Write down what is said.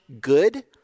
good